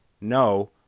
No